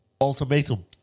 Ultimatum